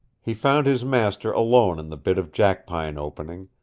he found his master alone in the bit of jackpine opening,